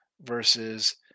versus